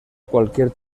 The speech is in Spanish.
cualquier